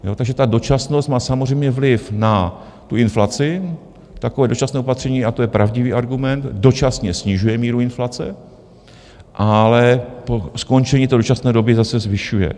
Takže ta dočasnost má samozřejmě vliv na inflaci, takové dočasné opatření, a to je pravdivý argument, dočasně snižuje míru inflace, ale po skončení té dočasné doby zase zvyšuje.